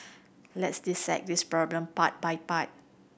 let's dissect this problem part by part